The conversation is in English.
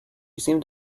seemed